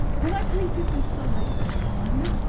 when i plated this side, it was fine.